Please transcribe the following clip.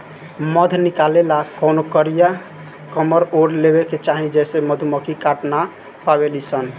मध निकाले ला कवनो कारिया कमर ओढ़ लेवे के चाही जेसे मधुमक्खी काट ना पावेली सन